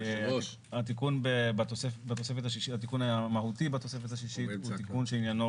התיקון המהותי בתוספת השישית הוא תיקון שעניינו,